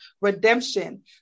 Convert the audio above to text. redemption